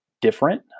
different